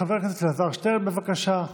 חבר הכנסת אלעזר שטרן, בבקשה.